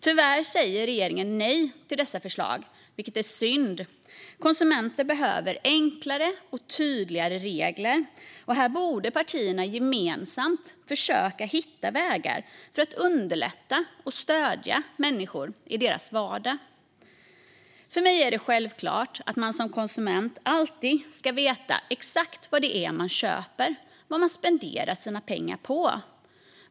Tyvärr säger regeringen nej till dessa förslag, vilket är synd. Konsumenter behöver enklare och tydligare regler. Här borde partierna gemensamt försöka hitta vägar för att underlätta och stödja människor i deras vardag. För mig är det självklart att man som konsument alltid ska veta exakt vad det är man köper och vad man spenderar sina pengar på.